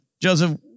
Joseph